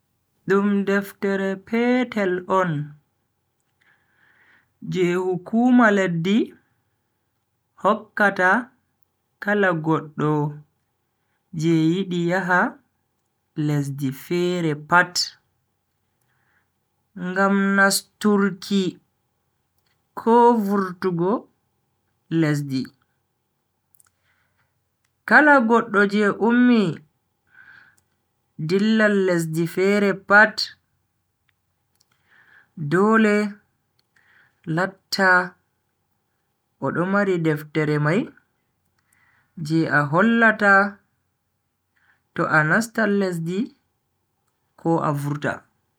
Dum deftere petel on je hukuma leddi hokkata kala goddo je yidi yaha lesdi fere pat Ngam nasturki ko vurtugo lesdi. kala goddo je ummi dillan lesdi fere pat, dole latta odo mari deftere mai je a hollata to a nastan lesdi ko a vurta.